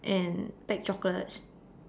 and pack chocolates